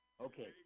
Okay